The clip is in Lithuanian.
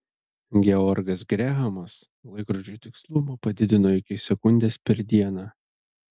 georgas grehamas laikrodžių tikslumą padidino iki sekundės per dieną